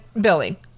billy